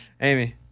Amy